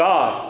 God